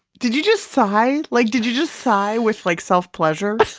did you just sigh? like did you just sigh with like self pleasure?